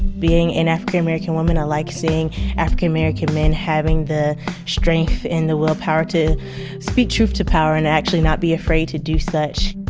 being an african american woman, i like seeing african american men having the strength and the willpower to speak truth to power, and actually not be afraid to do such.